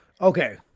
Okay